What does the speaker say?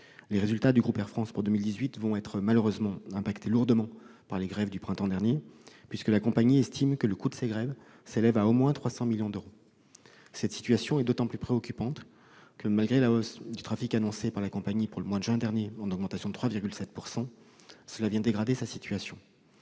Les résultats du groupe Air France pour 2018 vont malheureusement être lourdement affectés par les grèves du printemps dernier, puisque la compagnie estime que le coût de ces grèves s'élève à au moins 300 millions d'euros. Cette situation est d'autant plus préoccupante que, malgré la hausse du trafic annoncé par la compagnie pour le mois de juin dernier, en augmentation de 3,7 %, ce manque à gagner dégrade sa situation.